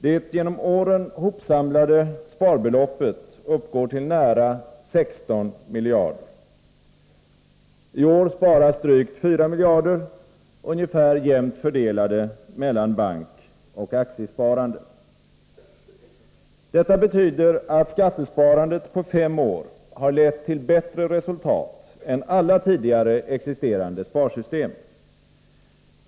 Det genom åren hopsamlade sparbeloppet uppgår till nära 16 miljarder kronor. I år sparas drygt 4 miljarder, ungefär jämnt fördelade mellan bankoch aktiesparande. 45 Detta betyder att skattesparandet på fem år har lett till bättre resultat än alla tidigare existerande sparsystem.